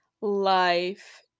life